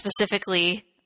Specifically